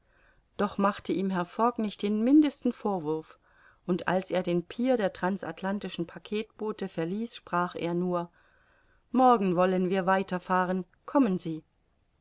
doch machte ihm herr fogg nicht den mindesten vorwurf und als er den pier der transatlantischen packetboote verließ sprach er nur morgen wollen wir weiter fahren kommen sie